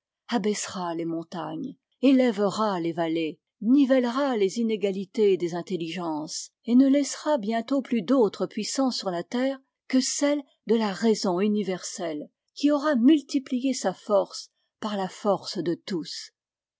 abaissera les montagnes élèvera les vallées nivellera les inégalités des intelligences et ne laissera bientôt plus d'autre puissance sur la terre que celle de la raison universelle qui aura multiplié sa force par la force de tous